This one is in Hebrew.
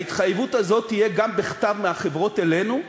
ההתחייבות הזאת תהיה גם בכתב, מהחברות אלינו,